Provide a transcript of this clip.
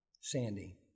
Sandy